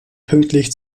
pünktlich